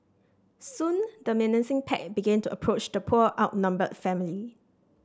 soon the menacing pack began to approach the poor outnumbered family